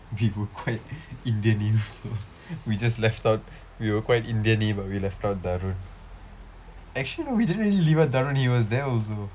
we were quite indian enough so we just left out we were quite indiany but we left out tharun actually no we didn't really leave out tharun he was there also